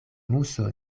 muso